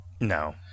No